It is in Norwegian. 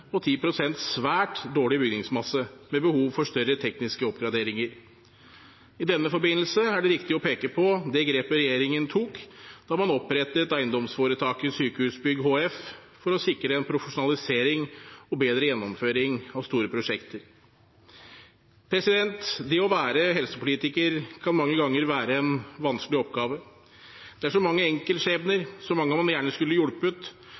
10 pst. svært dårlig bygningsmasse med behov for større tekniske oppgraderinger. I denne forbindelse er det riktig å peke på det grepet regjeringen tok da man opprettet eiendomsforetaket Sykehusbygg HF for å sikre profesjonalisering og bedre gjennomføring av store prosjekter. Det å være helsepolitiker kan mange ganger være en vanskelig oppgave. Det er så mange enkeltskjebner, så mange man gjerne skulle hjulpet,